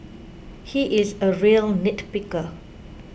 he is a real nitpicker